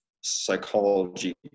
psychology